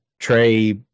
Trey